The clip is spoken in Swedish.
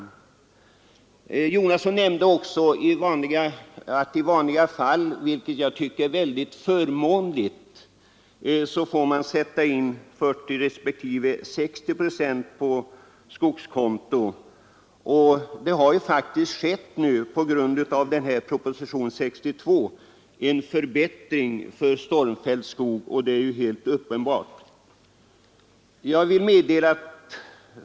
Herr Jonasson nämnde också att man i vanliga fall får sätta in 40 respektive 60 procent på skogskonto, vilket jag tycker är mycket förmånligt. I proposition 62 föreslås faktiskt — det är helt uppenbart — en förbättring när det gäller stormfälld skog.